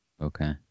Okay